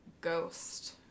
ghost